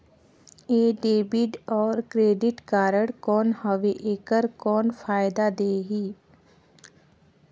ये डेबिट अउ credit card कौन हवे एकर कौन फाइदा हे?